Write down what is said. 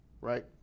right